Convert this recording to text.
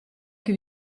che